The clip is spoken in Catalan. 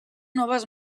noves